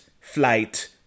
flight